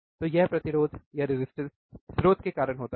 तो यह प्रतिरोध स्रोत के कारण होता है